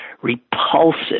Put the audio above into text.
repulsive